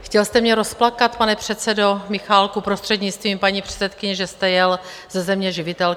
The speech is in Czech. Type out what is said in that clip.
Chtěl jste mě rozplakat, pane předsedo, Michálku prostřednictvím paní předsedkyně, že jste jel ze Země živitelky?